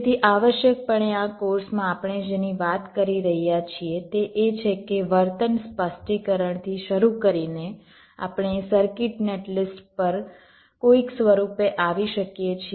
તેથી આવશ્યકપણે આ કોર્સમાં આપણે જેની વાત કરી રહ્યા છીએ તે એ છે કે વર્તન સ્પષ્ટીકરણથી શરૂ કરીને આપણે સર્કિટ નેટ લિસ્ટ પર કોઈક સ્વરૂપે આવી શકીએ છીએ